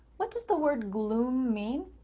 what does the word gloom mean?